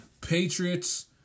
Patriots